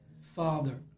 Father